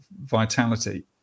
vitality